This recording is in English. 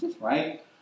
right